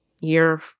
year